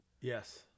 Yes